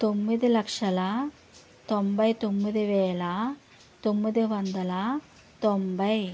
తొమ్మిది లక్షల తొంభై తొమ్మిది వేల తొమ్మిది వందల తొంభై